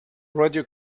radio